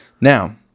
Now